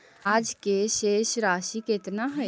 आज के शेष राशि केतना हई?